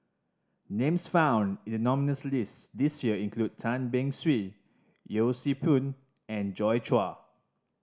names found in the nominees' list this year include Tan Beng Swee Yee Siew Pun and Joi Chua